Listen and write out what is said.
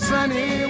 Sunny